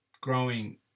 growing